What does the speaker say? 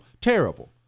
terrible